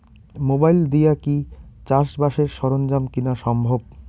Mobile দিয়া কি চাষবাসের সরঞ্জাম কিনা সম্ভব?